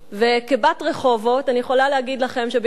כבת רחובות אני יכולה לומר לכם שביום חמישי